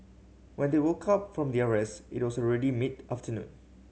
when they woke up from their rest it was already mid afternoon